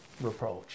reproach